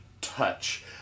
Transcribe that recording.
touch